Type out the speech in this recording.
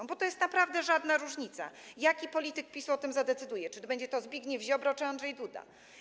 Bo to nie jest naprawdę żadna różnica, jaki polityk PiS-u o tym zadecyduje - czy będzie to Zbigniew Ziobro, czy Andrzej Duda.